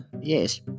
yes